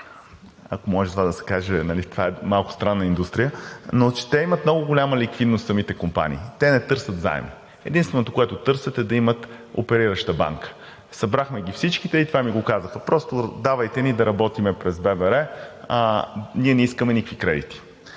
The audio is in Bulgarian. ако може това да се каже нали, това е малко странна индустрия, е, че те имат много голяма ликвидност – самите компании, те не търсят заеми. Единственото, което търсят, е да имат оперираща банка. Събрахме ги всичките и това ми го казаха – просто, давайте ни да работим през ББР, ние не искаме никакви кредити.